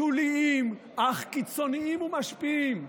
שוליים אך קיצוניים ומשפיעים,